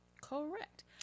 Correct